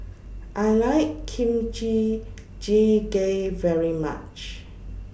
I like Kimchi Jjigae very much